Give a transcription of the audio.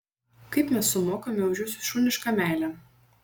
kaip mes sumokame už jūsų šunišką meilę